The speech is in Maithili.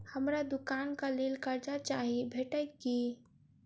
हमरा दुकानक लेल कर्जा चाहि भेटइत की?